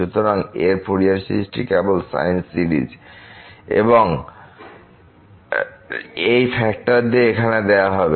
সুতরাং এর ফুরিয়ার সিরিজটি কেবল সাইন সিরিজ এবং এই ফ্যাক্টর দিয়ে এখানে দেওয়া হবে